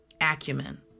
acumen